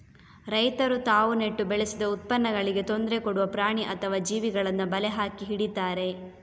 ರೈತರು ತಾವು ನೆಟ್ಟು ಬೆಳೆಸಿದ ಉತ್ಪನ್ನಗಳಿಗೆ ತೊಂದ್ರೆ ಕೊಡುವ ಪ್ರಾಣಿ ಅಥವಾ ಜೀವಿಗಳನ್ನ ಬಲೆ ಹಾಕಿ ಹಿಡೀತಾರೆ